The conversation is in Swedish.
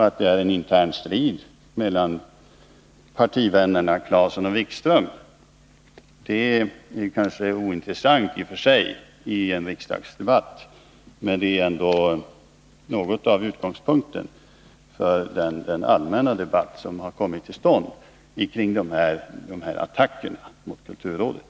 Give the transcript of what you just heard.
Att det förs en intern strid mellan partivännerna Clason och Wikström är kanske i och för sig ointressant i en riksdagsdebatt, men det är ändå utgångspunkten för den allmänna debatt som kommit till stånd kring dessa attacker mot kulturrådet.